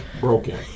Broken